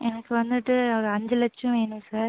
எனக்கு வந்துட்டு ஒரு அஞ்சு லட்சம் வேணும் சார்